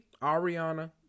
Ariana